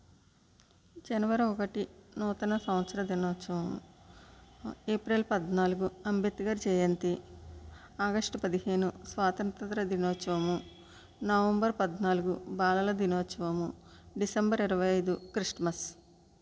జనవరి ఒకటి నూతన సంవత్సర దినోత్సవం ఏప్రిల్ పద్నాలుగు అంబేద్కర్ జయంతి ఆగస్ట్ పదిహేను స్వాతంత్య్ర దినోత్సవము నవంబర్ పద్నాలుగు బాలల దినోత్సవం డిసెంబర్ ఇరవై ఐదు క్రిస్ట్మస్